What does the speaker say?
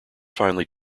finally